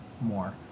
more